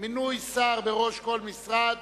מינוי שר בראש כל משרד),